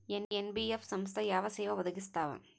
NBF ಸಂಸ್ಥಾ ಯಾವ ಸೇವಾ ಒದಗಿಸ್ತಾವ?